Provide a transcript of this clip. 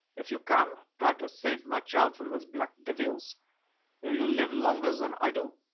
if you can, try to save my child from those black devils if you live longer than i do,